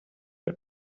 per